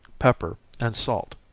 pepper, and salt,